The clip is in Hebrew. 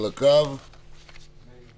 מאיר